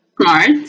Smart